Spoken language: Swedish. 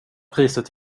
priset